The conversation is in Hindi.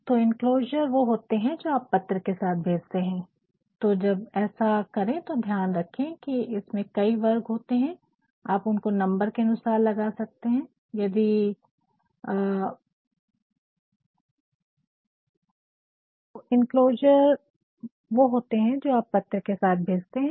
तो एन्क्लोज़र enclosure सल्लघन वो होते है जो आप पत्र के साथ भेजते है